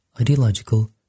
Ideological